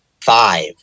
five